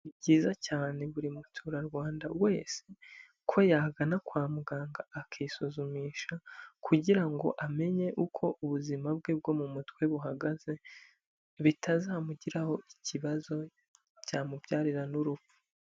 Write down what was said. Ni byiza cyane buri muturarwanda wese ko yagana kwa muganga akisuzumisha kugira ngo amenye uko ubuzima bwe bwo mu mutwe buhagaze, bitazamugiraho ikibazo byamubyarira n'urupfu.